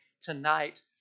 tonight